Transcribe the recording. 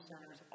centers